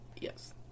yes